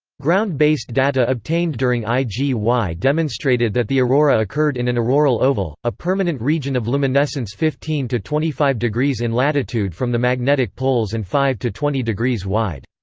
ground-based data obtained during igy demonstrated that the aurora occurred in an auroral oval, a permanent region of luminescence fifteen to twenty five degrees in latitude from the magnetic poles and five to twenty degrees wide.